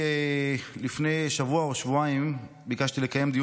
לפני שבוע או שבועיים ביקשתי לקיים דיון